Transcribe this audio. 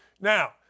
Now